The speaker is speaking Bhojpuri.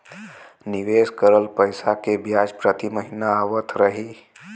निवेश करल पैसा के ब्याज प्रति महीना आवत रही?